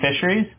fisheries